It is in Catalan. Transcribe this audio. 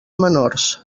menors